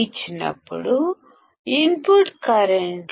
లేదా ఇన్పుట్ కర్రెంట్లను